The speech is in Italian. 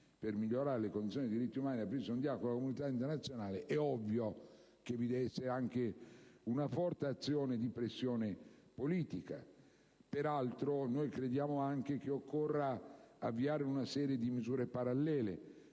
per migliorare le condizioni dei diritti umani e ad aprirsi al dialogo con la comunità internazionale. È ovvio che vi deve essere anche una forte azione di pressione politica. Peraltro, noi crediamo anche che ancora avviare una serie di misure parallele,